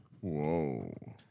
Whoa